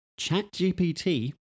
ChatGPT